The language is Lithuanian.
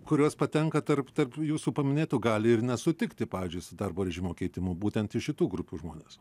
kurios patenka tarp tarp jūsų paminėtų gali ir nesutikti pavyzdžiui su darbo režimo keitimu būtent iš šitų grupių žmonės